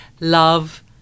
love